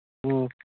ꯎꯝ